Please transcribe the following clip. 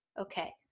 Okay